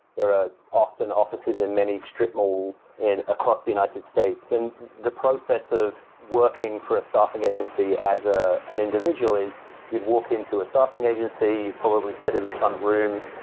there are often offices in many stripmall across the united states. and the process of working for a staffing agency as ah an individual is you'd walk in to a staffing agency, you'd probably sit in the front room,